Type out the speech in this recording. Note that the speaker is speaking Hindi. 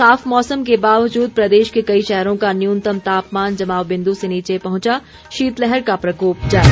साफ मौसम के बावजूद प्रदेश के कई शहरों का न्यूनतम तापमान जमाव बिन्दु से नीचे पहुंचा शीत लहर का प्रकोप जारी